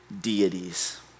deities